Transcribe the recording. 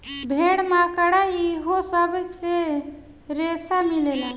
भेड़, मकड़ा इहो सब से रेसा मिलेला